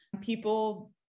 people